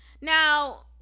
Now